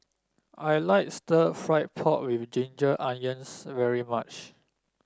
I like stir fry pork with Ginger Onions very much